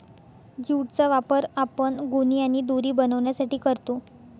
jute चा वापर आपण गोणी आणि दोरी बनवण्यासाठी करतो